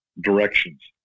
directions